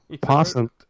possum